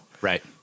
Right